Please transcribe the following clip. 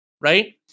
right